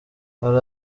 hari